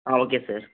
ah okay sir